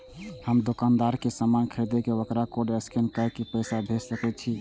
हम दुकानदार के समान खरीद के वकरा कोड स्कैन काय के पैसा भेज सके छिए?